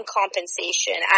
compensation